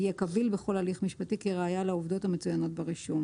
יהיה קביל בכל הליך משפטי כראיה לעובדות המצוינות ברישום".